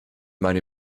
meine